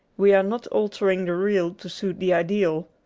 we are not altering the real to suit the ideal.